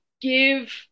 give